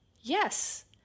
yes